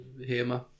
Hema